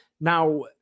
Now